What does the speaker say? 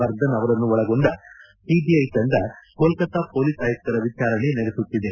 ಬರ್ದನ್ ಅವರನ್ನೊಳಗೊಂಡ ಸಿಬಿಐ ತಂಡ ಕೋಲ್ಲತಾ ಮೊಲೀಸ್ ಆಯುಕ್ತರ ವಿಚಾರಣೆ ನಡೆಸುತ್ತಿದೆ